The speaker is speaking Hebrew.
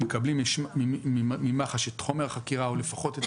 מקבלים ממח"ש את חומר החקירה או לפחות את